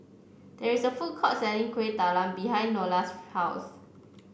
there is a food court selling Kueh Talam behind Nola's house